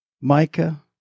Micah